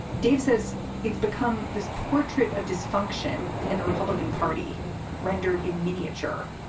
dave says it's become this portrait of dysfunction in the republican party rendered in miniature.